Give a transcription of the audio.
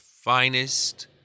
finest